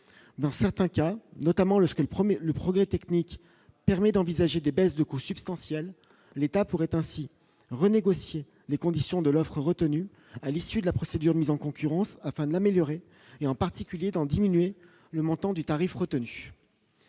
dans certains cas, notamment lorsqu'elle promet le progrès technique permet d'envisager des baisses de coûts substantiels, l'État pourrait ainsi renégocier les conditions de l'offre retenue à l'issue de la procédure mise en concurrence, afin d'améliorer et en particulier d'en diminuer le montant du tarif retenu